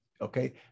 okay